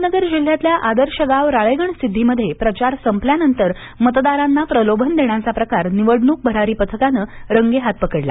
अहमदनगर जिल्ह्यातल्या आव्शै गाव राळेगणसिद्वीमध्ये प्रचार संपल्यानंतर मतदारांना प्रलोभन देण्याचा प्रकार निवडणूक भरारी पथकाने रंगेहाथ पकडला